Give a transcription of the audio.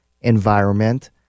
environment